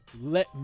Let